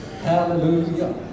Hallelujah